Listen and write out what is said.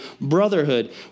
Brotherhood